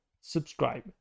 subscribe